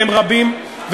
והם רבים,